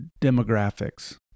demographics